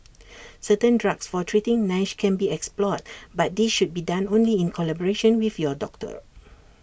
certain drugs for treating Nash can be explored but this should be done only in collaboration with your doctor